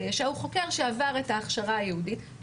ישע הוא חוקר שעבר את ההכשרה הייעודית,